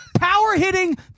power-hitting